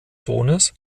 sohnes